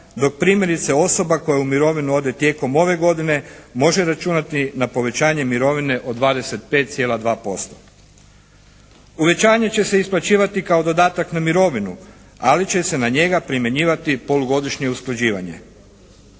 dok primjerice osoba koja je u mirovinu ode tijekom ove godine može računati na povećanje mirovine od 25,2%. Povećanje će se isplaćivati kao dodatak na mirovinu ali će se na njega primjenjivati polugodišnje usklađivanje.